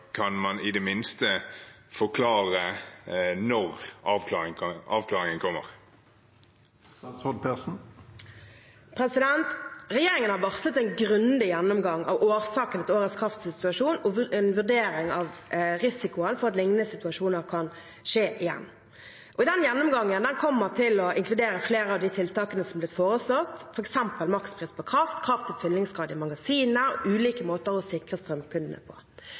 det minste forklare når avklaringen kommer? Regjeringen har varslet en grundig gjennomgang av årsaken til årets kraftsituasjon og en vurdering av risikoen for at lignende situasjoner kan skje igjen. Den gjennomgangen kommer til å inkludere flere av de tiltakene som ble foreslått, f.eks. makspris på kraft, kraft og fyllingsgrad i magasinene, ulike måter å sikre strømkundene på.